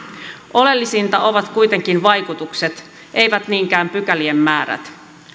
oleellisinta ovat kuitenkin vaikutukset eivät niinkään pykälien määrät